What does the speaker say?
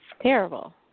Terrible